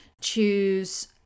choose